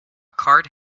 card